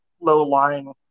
low-lying